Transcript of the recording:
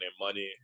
money